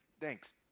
Thanks